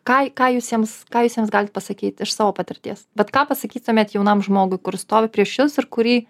ką ką jūs jiems ką jūs jiems galit pasakyt iš savo patirties vat ką pasakytumėt jaunam žmogui kur stovi prieš jus ir kurį